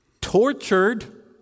tortured